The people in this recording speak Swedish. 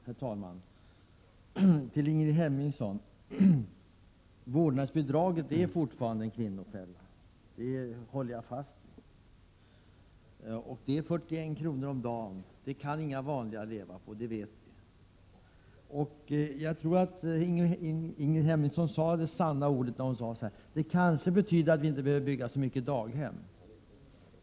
Herr talman! Ingrid Hemmingsson, jag håller fortfarande fast vid att vårdnadsbidraget är en kvinnofälla. Bidraget utgör 41 kr. per dag. Det kan ingen vanlig människa leva på. Det vet vi. Jag tror att Ingrid Hemmingsson avslöjade sanningen när hon sade att det kanske betyder att vi inte behöver bygga så många daghem.